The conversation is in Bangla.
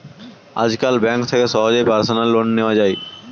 আজকাল ব্যাঙ্ক থেকে সহজেই পার্সোনাল লোন নেওয়া যায়